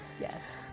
yes